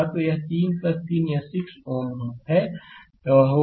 तो 3 3 यह 6 Ω होगा